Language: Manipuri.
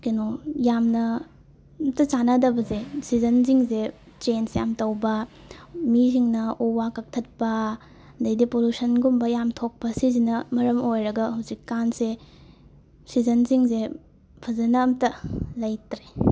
ꯀꯩꯅꯣ ꯌꯥꯝꯅ ꯑꯝꯇ ꯆꯥꯟꯅꯗꯕꯁꯦ ꯁꯤꯖꯟꯁꯤꯡꯁꯦ ꯆꯦꯟꯖ ꯌꯥꯝ ꯇꯧꯕ ꯃꯤꯁꯤꯡꯅ ꯎ ꯋꯥ ꯀꯛꯊꯠꯄ ꯑꯗꯩꯗꯤ ꯄꯣꯂꯨꯁꯟꯒꯨꯝꯕ ꯌꯥꯝ ꯊꯣꯛꯄ ꯁꯤꯁꯤꯅ ꯃꯔꯝ ꯑꯣꯏꯔꯒ ꯍꯧꯖꯤꯛꯀꯥꯟꯁꯦ ꯁꯤꯖꯟꯁꯤꯡꯁꯦ ꯐꯖꯅ ꯑꯝꯇ ꯂꯩꯇ꯭ꯔꯦ